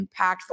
impactful